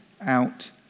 out